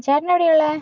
ചേട്ടൻ എവിടെയാ ഉള്ളത്